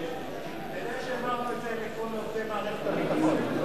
אתה יודע שהעברנו את זה לכל עובדי מערכת הביטחון.